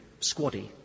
squaddy